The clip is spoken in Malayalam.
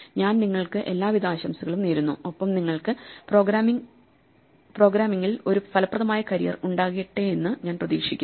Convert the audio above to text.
ഞാൻ നിങ്ങൾക്ക് എല്ലാവിധ ആശംസകളും നേരുന്നു ഒപ്പം നിങ്ങൾക്ക് പ്രോഗ്രാമിംഗിൽ ഒരു ഫലപ്രദമായ കരിയർ ഉണ്ടാകട്ടെയെന്നു ഞാൻ പ്രതീക്ഷിക്കുന്നു